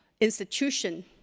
institution